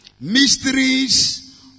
Mysteries